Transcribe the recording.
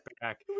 back